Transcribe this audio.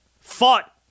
fought